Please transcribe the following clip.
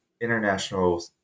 international